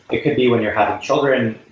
it could be when you're having children.